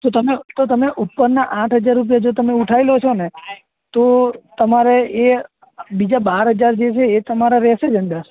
તો તમે તો તમે ઉપરના આઠ હજાર રૂપિયા જો તમે ઉઠાવી લો છો ને તો તમારે એ બીજા બાર હજાર જે છે એ તમારા રહેશે જ અંદર